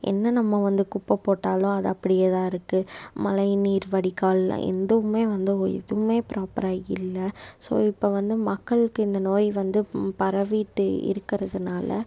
என்ன நம்ம வந்து குப்பை போட்டாலும் அது அப்படியே தான் இருக்கு மழை நீர் வடிக்கால்லாம் எந்துமே வந்து ஓ எதுவுமே ப்ராப்பராக இல்லை ஸோ இப்போ வந்து மக்கள்க்கு இந்த நோய் வந்து பரவிகிட்டு இருக்கிறதுனால